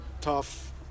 tough